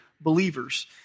believers